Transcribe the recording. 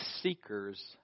seekers